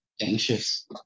anxious